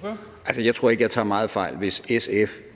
Kl. 10:35 Formanden (Henrik